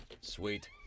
Sweet